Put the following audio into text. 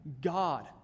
God